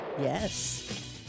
Yes